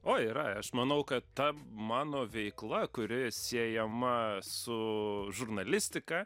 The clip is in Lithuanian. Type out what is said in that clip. oi yra aš manau kad ta mano veikla kuri siejama su žurnalistika